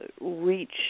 reach